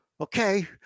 Okay